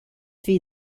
feed